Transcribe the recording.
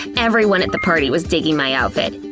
everyone at the party was digging my outfit.